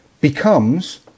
becomes